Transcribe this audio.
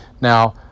now